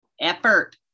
effort